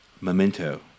Memento